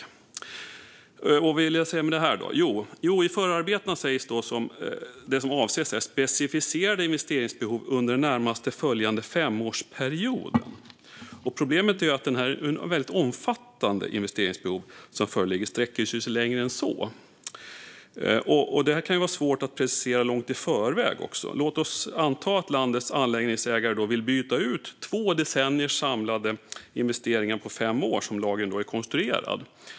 Vad vill jag säga med det här? Jo, i förarbetena sägs att det som avses är "specificerade investeringsbehov under den närmast följande femårsperioden". Problemet är att det väldigt omfattande investeringsbehov som föreligger sträcker sig längre än så, och det här kan även vara svårt att precisera långt i förväg. Låt oss anta att landets anläggningsägare vill byta ut två decenniers samlade investeringar på fem år, som lagen är konstruerad.